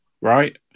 right